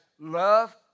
love